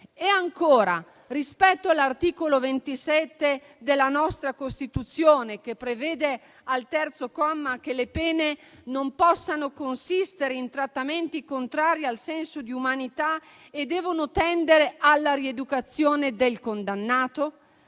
Ancora, rispetto all'articolo 27 della nostra Costituzione, che prevede al terzo comma che le pene non possano consistere in trattamenti contrari al senso di umanità e devono tendere alla rieducazione del condannato,